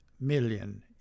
million